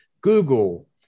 Google